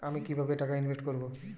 আমি কিভাবে টাকা ইনভেস্ট করব?